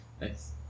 Nice